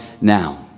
now